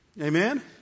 Amen